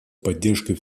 поддержкой